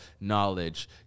knowledge